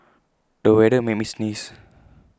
the weather made me sneeze